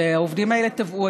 והעובדים האלה תבעו.